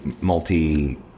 multi